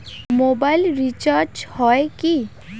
Mobile recharge হয় কি?